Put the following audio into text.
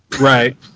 Right